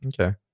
Okay